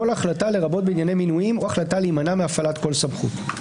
כל החלטה לרבות בענייני מינויים או החלטה להימנע מהפעלת כל סמכות.